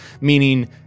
Meaning